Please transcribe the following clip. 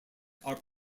are